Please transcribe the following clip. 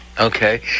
okay